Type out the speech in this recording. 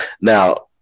now